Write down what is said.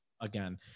again